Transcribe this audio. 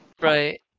Right